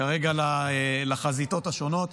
כרגע לחזיתות השונות.